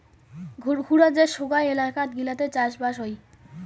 ঘুরঘুরা যে সোগায় এলাকাত গিলাতে চাষবাস হই